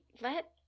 Let